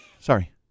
Sorry